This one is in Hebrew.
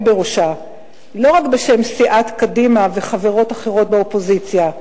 בראשה לא רק בשם סיעת קדימה וחברות אחרות באופוזיציה,